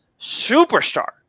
superstar